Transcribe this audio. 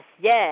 Yes